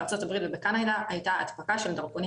בארצות הברית ובקנדה הייתה הנפקה של דרכונים